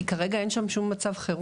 כי כרגע אין שום מצב חירום.